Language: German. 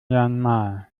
myanmar